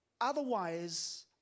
Otherwise